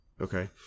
okay